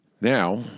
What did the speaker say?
Now